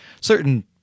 certain